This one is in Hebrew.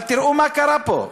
אבל תראו מה קרה פה,